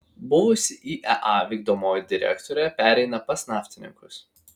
buvusi iea vykdomoji direktorė pereina pas naftininkus